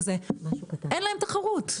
אין להם תחרות,